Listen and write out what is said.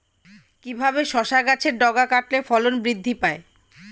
কিভাবে শসা গাছের ডগা কাটলে ফলন বৃদ্ধি পায়?